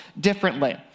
differently